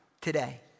today